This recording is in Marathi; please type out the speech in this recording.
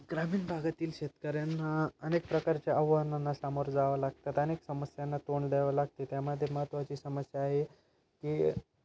ग्रामीण भागातील शेतकऱ्यांना अनेक प्रकारच्या आव्हानांना सामोरं जावं लागतात अनेक समस्यांना तोंड द्यावं लागते त्यामध्ये महत्त्वाची समस्या आहे की